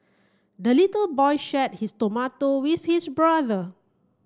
the little boy shared his tomato with his brother